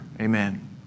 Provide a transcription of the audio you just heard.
Amen